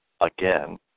again